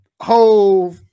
whole